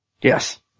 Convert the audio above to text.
Yes